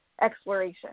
exploration